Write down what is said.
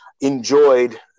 enjoyed